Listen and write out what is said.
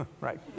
right